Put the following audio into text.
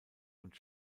und